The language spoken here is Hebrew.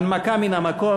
הנמקה מן המקום,